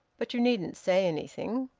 but you needn't say anything.